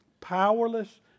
powerless